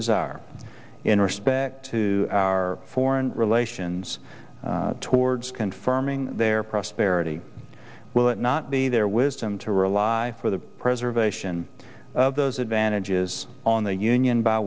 desire in respect to our foreign relations towards confirming their prosperity will it not be their wisdom to rely for the preservation of those advantages on the union by